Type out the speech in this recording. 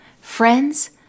Friends